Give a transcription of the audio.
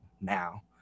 now